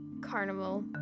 carnival